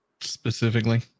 specifically